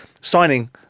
signing